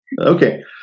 Okay